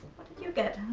did you get?